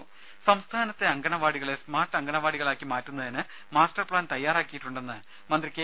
രുമ സംസ്ഥാനത്തെ അങ്കണവാടികളെ സ്മാർട്ട് അങ്കണവാടികളാക്കി മാറ്റുന്നതിന് മാസ്റ്റർ പ്ലാൻ തയ്യാറാക്കിയിട്ടുണ്ടെന്ന് മന്ത്രി കെ